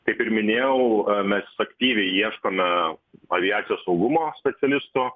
kaip ir minėjau mes aktyviai ieškome aviacijos saugumo specialisto